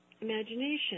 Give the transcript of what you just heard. imagination